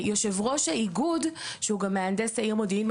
יושב ראש האיגוד שהוא גם מהנדס העיר מודיעין,